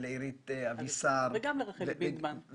לאירית אבישר ולרחלי ביגמן.